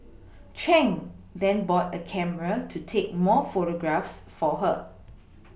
Chang then bought a camera to take more photographs for her